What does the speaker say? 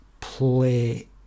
play